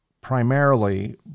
primarily